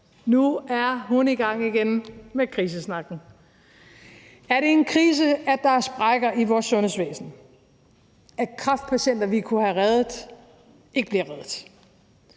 Nu er hun i gang igen med krisesnakken. Er det en krise, at der er sprækker i vores sundhedsvæsen, at kræftpatienter, vi kunne have reddet, ikke bliver reddet?